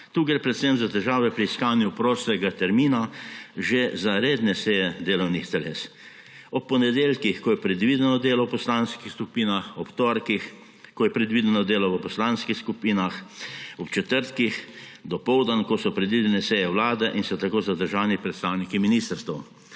Tukaj gre predvsem za težave pri iskanju prostega termina že za redne seje delovnih teles. Ob ponedeljkih, ko je predvideno delo v poslanskih skupinah, ob torkih, ko je predvideno delo v poslanskih skupinah, ob četrtkih dopoldan, ko so predvidene seje Vlade in so zato zadržani predstavniki ministrstev.